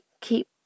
keep